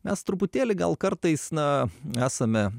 mes truputėlį gal kartais na nesame